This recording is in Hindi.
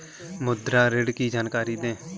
मुद्रा ऋण की जानकारी दें?